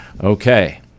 Okay